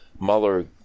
Mueller